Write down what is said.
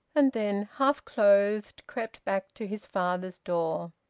and then, half clothed, crept back to his father's door.